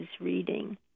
reading